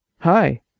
Hi